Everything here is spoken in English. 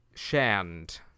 Shand